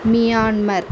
Myanmar